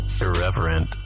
irreverent